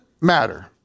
matter